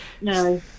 No